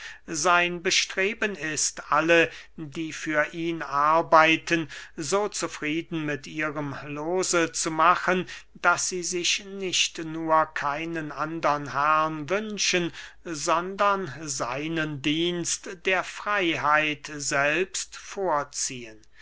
sein bestreben ist alle die für ihn arbeiten so zufrieden mit ihrem lose zu machen daß sie sich nicht nur keinen andern herren wünschen sondern seinen dienst der freyheit selbst vorziehen